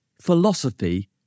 Philosophy